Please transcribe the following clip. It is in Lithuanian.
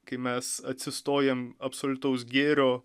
kai mes atsistojam absoliutaus gėrio